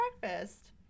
breakfast